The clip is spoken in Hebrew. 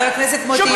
חבר הכנסת מוטי יוגב.